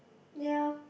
ya